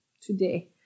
today